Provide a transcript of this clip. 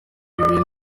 bintu